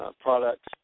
products